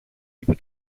είπε